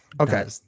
Okay